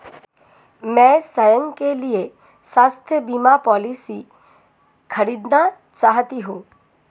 मैं स्वयं के लिए स्वास्थ्य बीमा पॉलिसी खरीदना चाहती हूं